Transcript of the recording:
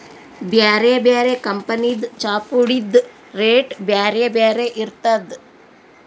ಬ್ಯಾರೆ ಬ್ಯಾರೆ ಕಂಪನಿದ್ ಚಾಪುಡಿದ್ ರೇಟ್ ಬ್ಯಾರೆ ಬ್ಯಾರೆ ಇರ್ತದ್